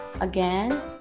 again